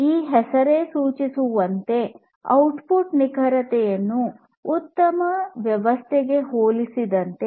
ಈ ಹೆಸರೇ ಸೂಚಿಸುವಂತೆ ಔಟ್ಪುಟ್ ನಿಖರತೆಯನ್ನು ಉತ್ತಮ ವ್ಯವಸ್ಥೆಗೆ ಹೋಲಿಸಿದಂತೆ